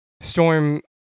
Storm